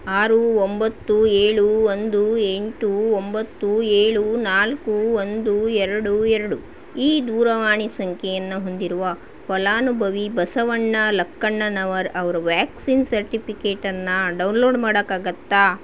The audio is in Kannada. ಆರು ಒಂಬತ್ತು ಏಳು ಒಂದು ಎಂಟು ಒಂಬತ್ತು ಏಳು ನಾಲ್ಕು ಒಂದು ಎರಡು ಎರಡು ಈ ದೂರವಾಣಿ ಸಂಖ್ಯೆಯನ್ನು ಹೊಂದಿರುವ ಫಲಾನುಭವಿ ಬಸವಣ್ಣ ಲಕ್ಕಣ್ಣನವರ್ ಅವರ ವ್ಯಾಕ್ಸಿನ್ ಸರ್ಟಿಫಿಕೇಟನ್ನು ಡೌನ್ಲೋಡ್ ಮಾಡೋಕ್ಕಾಗುತ್ತಾ